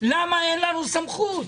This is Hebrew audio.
למה אין לנו סמכות.